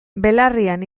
belarrian